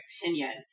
opinion